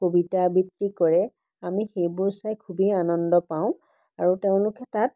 কবিতা আবৃত্তি কৰে আমি সেইবোৰ চাই খুবেই আনন্দ পাওঁ আৰু তেওঁলোকে তাত